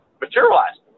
materialized